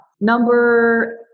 Number